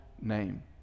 name